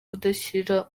kudashyira